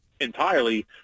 entirely